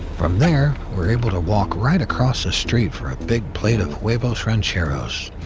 from there, we're able to walk right across the street for a big plate of huevos rancheros,